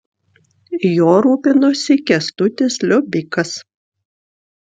juo rūpinosi kęstutis liobikas